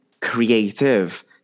creative